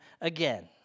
again